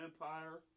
Empire